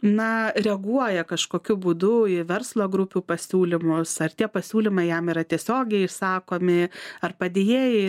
na reaguoja kažkokiu būdu į verslo grupių pasiūlymus ar tie pasiūlymai jam yra tiesiogiai išsakomi ar padėjėjai